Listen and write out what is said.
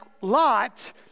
Lot